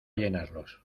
llenarlos